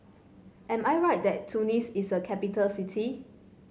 am I right that Tunis is a capital city